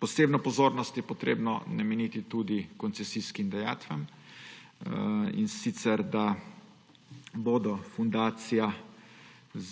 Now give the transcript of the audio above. Posebno pozornost je potrebno nameniti tudi koncesijskim dajatvam, in sicer da bosta Fundacija